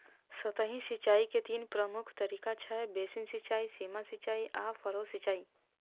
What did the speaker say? सतही सिंचाइ के तीन प्रमुख तरीका छै, बेसिन सिंचाइ, सीमा सिंचाइ आ फरो सिंचाइ